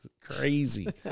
crazy